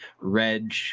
reg